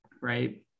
right